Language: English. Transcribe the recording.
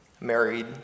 Married